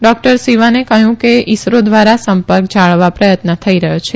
doctor સીવાને કહ્યું કે ઇસરો દ્વારા સંપર્ક જાળવવા પ્રયત્ન થઈ રહ્યો છે